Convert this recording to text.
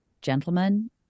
Gentlemen